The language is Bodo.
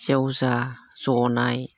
जेवजा जनाय